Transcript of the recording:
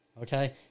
okay